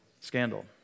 Scandal